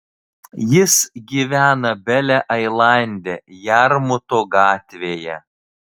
jis gyvena bele ailande jarmuto gatvėje